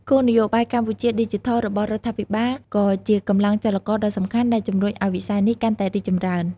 គោលនយោបាយ កម្ពុជាឌីជីថល របស់រដ្ឋាភិបាលក៏ជាកម្លាំងចលករដ៏សំខាន់ដែលជំរុញឱ្យវិស័យនេះកាន់តែរីកចម្រើន។